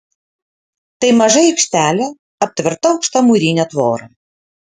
tai maža aikštelė aptverta aukšta mūrine tvora